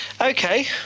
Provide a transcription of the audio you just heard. Okay